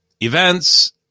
events